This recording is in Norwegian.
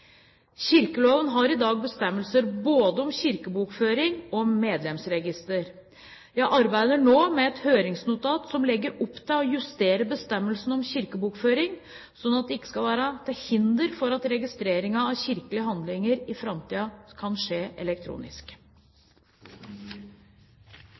Kirkeloven har i dag bestemmelser både om kirkebokføring og medlemsregister. Jeg arbeider nå med et høringsnotat som legger opp til å justere bestemmelsene om kirkebokføring, slik at den ikke skal være til hinder for at registrering av kirkelige handlinger i framtiden kan skje elektronisk.